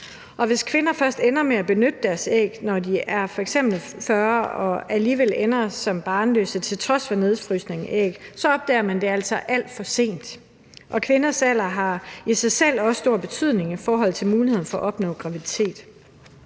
hvis kvinder først ender med benytte deres æg, når de f.eks. er 40 år, og alligevel ender som barnløse til trods for nedfrysning af æg, så opdager man det altså alt for sent. Og kvinders alder har i sig selv også stor betydning i forhold til muligheden for at opnå graviditet.